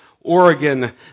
Oregon